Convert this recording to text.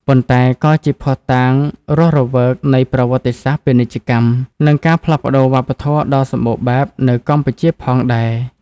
ប៉ុន្តែក៏ជាភស្តុតាងរស់រវើកនៃប្រវត្តិសាស្ត្រពាណិជ្ជកម្ម និងការផ្លាស់ប្តូរវប្បធម៌ដ៏សម្បូរបែបនៅកម្ពុជាផងដែរ។